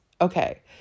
Okay